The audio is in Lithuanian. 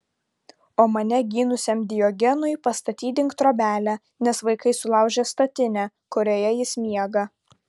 o mane gynusiam diogenui pastatydink trobelę nes vaikai sulaužė statinę kurioje jis miega